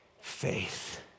faith